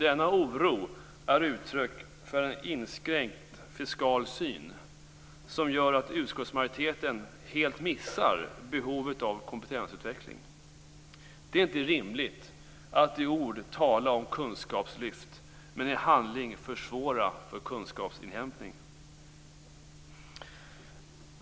Denna oro är uttryck för en inskränkt fiskal syn som gör att utskottsmajoriteten helt missar behovet av kompetensutveckling. Det är inte rimligt att i ord tala om kunskapslyft men i handling försvåra kunskapsinhämtning.